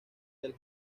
del